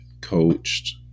coached